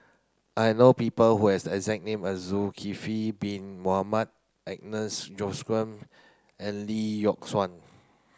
I know people who has the exact name as Zulkifli bin Mohamed Agnes Joaquim and Lee Yock Suan